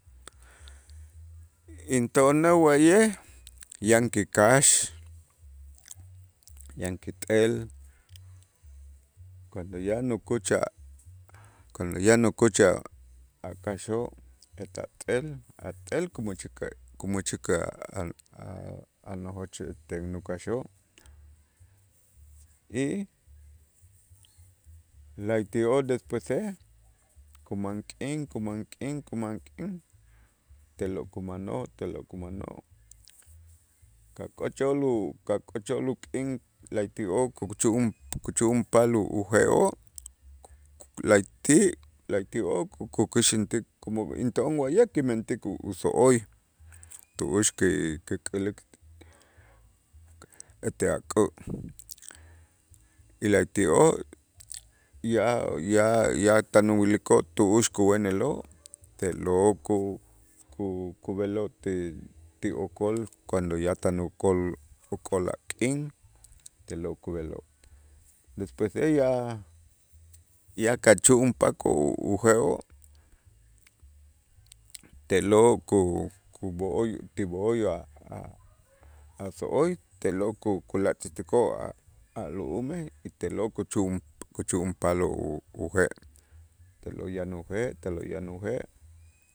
Into'onej wa'ye' yan kikax yan kit'el cuando ya nukuch a' cuando ya nukuch a' a' kaxoo' ajt'el ajt'el kamächik kamächik a' a' nojoch ukaxoo' y la'ayti'oo' despuesej kuman k'in kuman k'in kuman k'in te'lo' kumanoo' te'lo' kumanoo' kak'ochol u kak'ochol uk'in la'ayti'oo' kuchu'un- kuchu'unpal uje'oo' la'ayti' la'ayti'oo' kukuxäntik como into'on wa'ye' kimentik uso'oy tu'ux ki- kilik' ete ak'ä' y la'ayti'oo' ya ya ya tan uwilikoo' tu'ux kuweneloo' te'lo' ku- ku- kub'eloo' ti okol cuando ya tan ukol ukol a k'in te'lo' kub'eloo' despuesej ya ya kachu'unpakoo' uje'oo' te'lo' ku- kub'o'oy ti b'o'oy a' a' a' so'oy te'lo' ku- kulatzkutikoo' a' a' lu'umej y te'lo' kuchu'un- kuchu'unpal o uje' te'lo' yanäjej te'lo' yanäjej